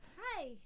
Hi